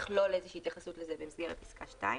נכלול איזושהי התייחסות לזה במסגרת פסקה (2).